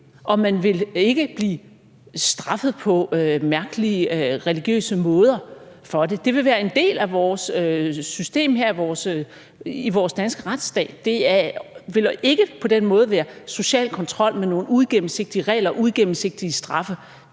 og man vil ikke blive straffet på mærkelige religiøse måder. Det vil være en del af vores system i vores danske retsstat. Det vil ikke på den måde være social kontrol med nogle uigennemsigtige regler og uigennemsigtige straffe,